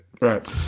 Right